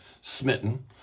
smitten